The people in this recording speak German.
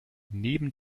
neben